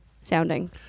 sounding